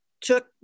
took